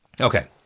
Okay